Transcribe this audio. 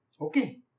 Okay